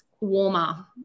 warmer